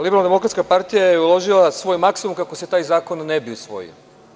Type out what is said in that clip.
Liberalno-demokratska partija je uložila svoj maksimum, kako se taj zakon ne bi usvojio.